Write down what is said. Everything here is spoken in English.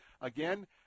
again